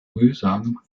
mühsam